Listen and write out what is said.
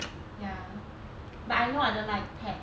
ya but I know I don't like ted